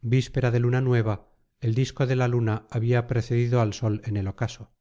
víspera de luna nueva el disco de la luna había precedido al sol en el ocaso